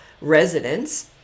residents